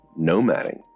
nomading